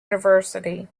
university